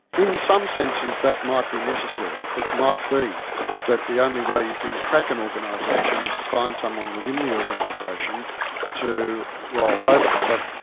in some senses that might be necessary it might be that the only way you can crack an organisation is to find someone within the organisation to roll over. but,